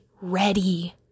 ready